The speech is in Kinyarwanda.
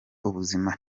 ubuzima